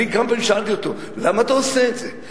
כמה פעמים שאלתי אותו: למה אתה עושה את זה?